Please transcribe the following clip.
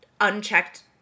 unchecked